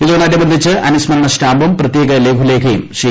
ഇതോടനുബന്ധിച്ച് അനുസ്മരണ സ്റ്റാമ്പും പ്രത്യേക ലഘുലേഖയും ശ്രീ